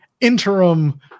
interim